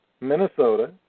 Minnesota